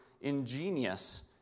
ingenious